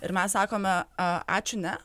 ir mes sakome ačiū ne